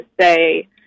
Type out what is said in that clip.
say